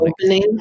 opening